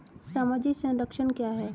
सामाजिक संरक्षण क्या है?